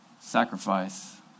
Sacrifice